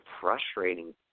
frustrating